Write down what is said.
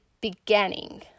beginning